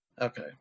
Okay